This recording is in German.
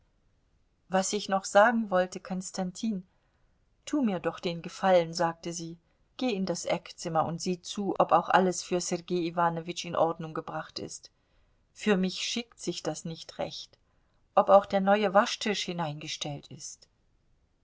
was ich noch sagen wollte konstantin tu mir doch den gefallen sagte sie geh in das eckzimmer und sieh zu ob auch alles für sergei iwanowitsch in ordnung gebracht ist für mich schickt sich das nicht recht ob auch der neue waschtisch hineingestellt ist